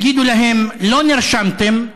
יגידו להם: לא נרשמתם,